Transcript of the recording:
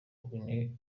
guinea